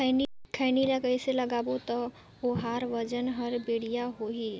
खैनी ला कइसे लगाबो ता ओहार वजन हर बेडिया होही?